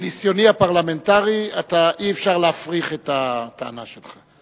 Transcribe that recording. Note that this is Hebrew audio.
מניסיוני הפרלמנטרי, אי-אפשר להפריך את הטענה שלך.